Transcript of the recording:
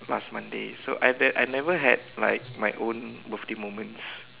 last Monday so I I never had like my own birthday moments